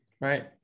right